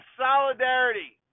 solidarity